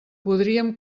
podríem